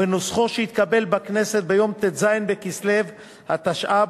בנוסחו שהתקבל בכנסת ביום ט"ז בכסלו התשע"ב,